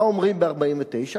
מה אומרים ב-1949?